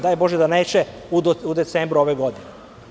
Daj bože da neće u decembru ove godine.